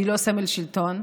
אני לא סמל שלטון,